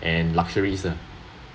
and luxuries ah